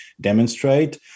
demonstrate